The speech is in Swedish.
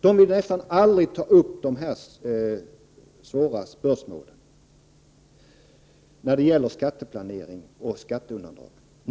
Ni vill nästan aldrig ta upp de svåra spörsmål som finns när det gäller skatteplanering och skatteundandragande.